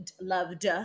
loved